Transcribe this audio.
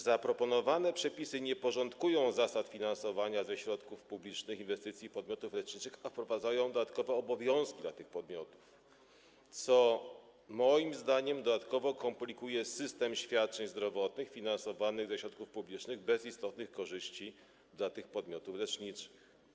Zaproponowane przepisy nie porządkują zasad finansowania ze środków publicznych inwestycji podmiotów leczniczych, a wprowadzają dodatkowe obowiązki dla tych podmiotów, co moim zdaniem dodatkowo komplikuje system świadczeń zdrowotnych finansowanych ze środków publicznych bez istotnych korzyści dla tych podmiotów leczniczych.